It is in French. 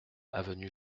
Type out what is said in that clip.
avenue